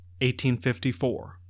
1854